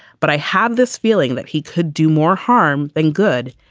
but i have this feeling that he could do more harm than good.